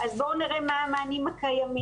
אז בואו נראה מה המענים הקיימים.